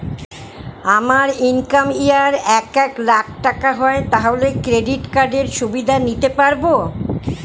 আমার income year এ এক লাক টাকা হয় তাহলে ক্রেডিট কার্ড এর সুবিধা নিতে পারবো?